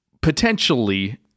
potentially